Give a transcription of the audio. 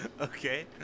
Okay